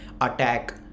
attack